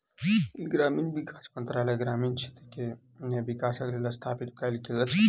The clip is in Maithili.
ग्रामीण विकास मंत्रालय ग्रामीण क्षेत्र मे विकासक लेल स्थापित कयल गेल अछि